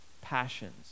passions